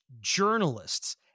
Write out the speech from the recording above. journalists